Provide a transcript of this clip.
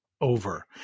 over